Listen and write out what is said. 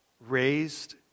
raised